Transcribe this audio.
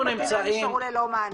--- נשארו ללא מענה.